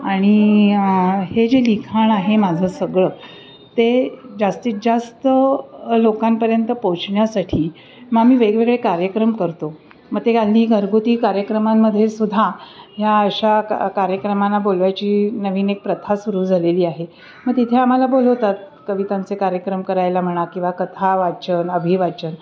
आणि हे जे लिखाण आहे माझं सगळं ते जास्तीत जास्त लोकांपर्यंत पोचण्यासाठी मग आम्ही वेगवेगळे कार्यक्रम करतो मग ते आग्दी घरगुती कार्यक्रमांमधे सुद्धा ह्या अशा का कार्यक्रमांना बोलवायची नवीन एक प्रथा सुरू झालेली आहे मग तिथे आम्हाला बोलवतात कवितांचे कार्यक्रम करायला म्हणा किंवा कथावाचन अभिवाचन